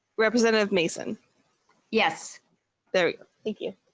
representative mason yes there thank you.